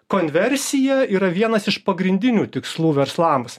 konversija yra vienas iš pagrindinių tikslų verslams